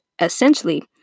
essentially